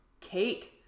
Cake